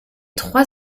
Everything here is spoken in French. trois